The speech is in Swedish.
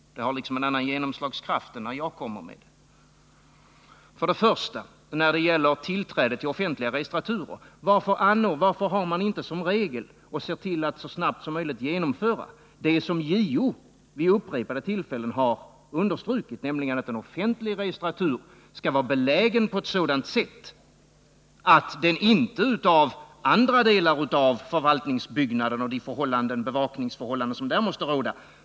Det skulle liksom ha en annan genomslagskraft än när jag kommer med dem. För det första, när det gäller tillträde till offentliga registraturer: Varför har man inte som regel att se till att så snabbt som möjligt genomföra det som JO vid upprepade tillfällen har understrukit, nämligen att en offentlig registratur skall vara belägen på ett sådant sätt att inte tillträde till registraturen förhindras av andra delar av förvaltningsbyggnaden och de bevakningsförhållanden som där måste råda?